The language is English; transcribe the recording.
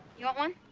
you want one?